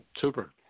Super